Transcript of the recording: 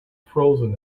frozen